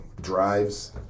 drives